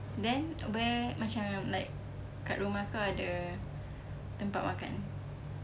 then where macam like kat rumah kau ada tempat makan